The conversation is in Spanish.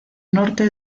norte